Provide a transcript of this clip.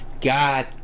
God